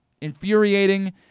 infuriating